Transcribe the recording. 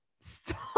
Stop